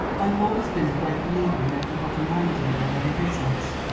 i've always been a great believer in everybody minding their own business,